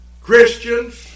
Christians